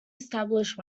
established